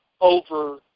over